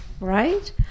right